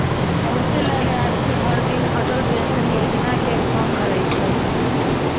बहुते लाभार्थी हरदिन अटल पेंशन योजना के फॉर्म भरई छई